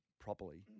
properly